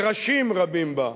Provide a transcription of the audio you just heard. טרשים רבים בה,